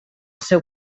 seu